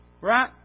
right